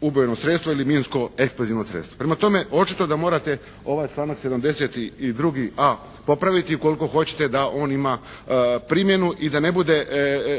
ubojno sredstvo ili minsko eksplozivno sredstvo. Prema tome očito da morate ovaj članak 72.a popraviti ukoliko hoćete da on ima primjenu i da ne bude